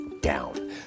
down